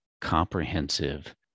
comprehensive